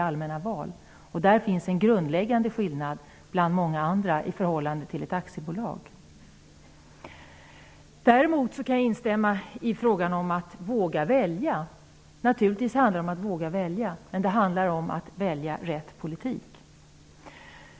Det är en grundläggande skillnad, bland många andra, mellan Sverige och ett aktiebolag. Däremot kan jag instämma i det Stefan Kihlberg sade om att våga välja. Naturligtvis handlar det om att våga välja, men det handlar om att välja rätt politik.